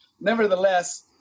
nevertheless